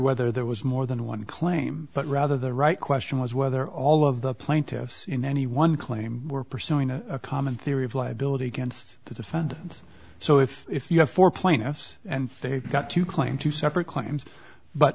whether there was more than one claim but rather the right question was whether all of the plaintiffs in any one claim were pursuing a common theory of liability against the defendant so if if you have four plaintiffs and they got to claim two separate claims but